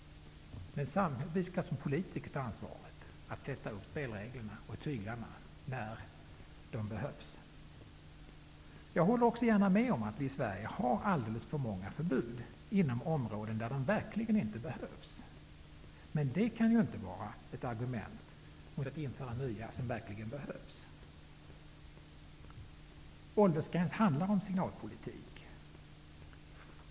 Samtidigt är det vi politiker som skall ha ansvaret för spelreglerna och tyglarna, när de behövs sättas in. Jag håller gärna med om att vi i Sverige har alldeles för många förbud inom områden där de verkligen inte behövs. Men detta kan ju inte vara ett argument mot att införa nya förbud som verkligen behövs. Åldersgräns handlar om signalpolitik.